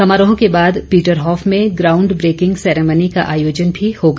समारोह के बाद पीटरहॉफ में ग्राउंड ब्रेकिंग सेरेमनी का आयोजन भी होगा